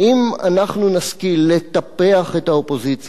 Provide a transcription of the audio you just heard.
אם אנחנו נשכיל לטפח את האופוזיציה הזאת,